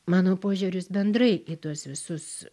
mano požiūris bendrai į tuos visus